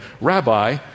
Rabbi